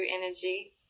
energy